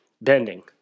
bending